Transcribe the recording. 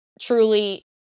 truly